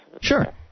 Sure